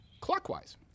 clockwise